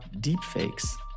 deepfakes